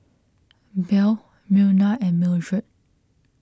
Belle Myrna and Mildred